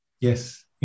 Yes